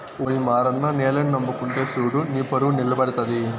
ఓయి మారన్న నేలని నమ్ముకుంటే సూడు నీపరువు నిలబడతది